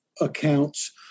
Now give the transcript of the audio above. accounts